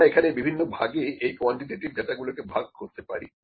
আমরা এখানে বিভিন্ন ভাগে এই কোয়ান্টিটেটিভ ডাটাগুলোকে ভাগ করতে পারি